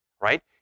Right